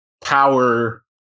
power